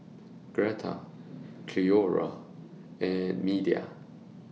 Greta Cleora and Meda